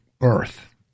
earth